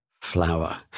Flower